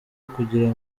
ukugira